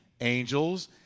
angels